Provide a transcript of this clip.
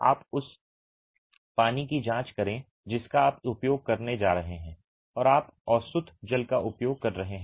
आप उस पानी की जांच करें जिसका आप उपयोग करने जा रहे हैं और आप आसुत जल का उपयोग कर रहे हैं